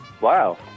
Wow